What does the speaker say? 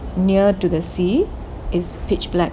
near to the sea is pitch black